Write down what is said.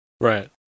Right